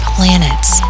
Planets